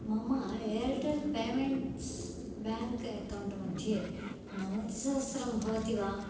मम Airtel payments bank account मध्ये नवतिसहस्रं भवति वा